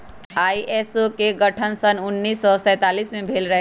ISO के गठन सन उन्नीस सौ सैंतालीस में भेल रहै